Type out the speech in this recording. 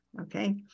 okay